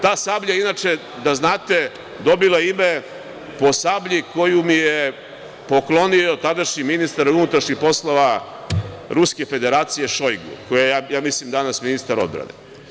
Ta sablja, inače, da znate, je dobila ime po sablji koju mi je poklonio tadašnji ministar unutrašnjih poslova Ruske Federacije Šojgu, koji je danas, mislim, ministar odbrane.